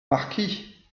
marquis